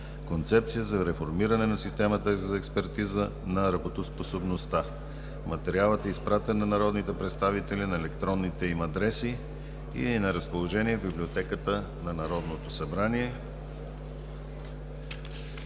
Концепция за реформиране на системата за експертиза на работоспособността. Материалът е изпратен на народните представители на електронните им адреси и е на разположение в Библиотеката на Народното събрание.